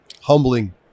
humbling